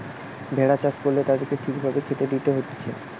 ভেড়া চাষ করলে তাদেরকে ঠিক ভাবে খেতে দিতে হতিছে